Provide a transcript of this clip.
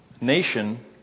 nation